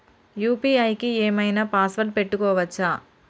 UPI కి ఏం ఐనా పాస్వర్డ్ పెట్టుకోవచ్చా?